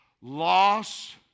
loss